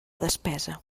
despesa